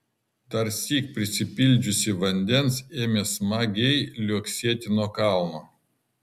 darsyk prisipildžiusi vandens ėmė smagiai liuoksėti nuo kalno